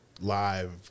live